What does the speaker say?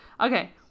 Okay